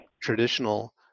traditional